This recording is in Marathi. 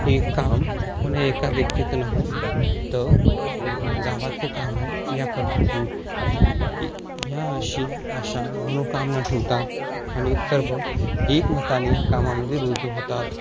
हे काम कुण्या एका व्यक्तीचं न हो तर पूर्ण गावाचं काम आहे या पद्धतीनं य या अशी आशा मनोकामना ठेवतात आणि सर्व एकमताने ह्या कामामध्ये रुजू होतात